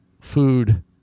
food